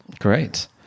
great